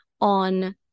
on